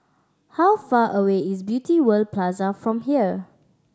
how far away is Beauty World Plaza from here